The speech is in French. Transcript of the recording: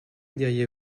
diriez